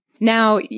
Now